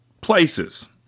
places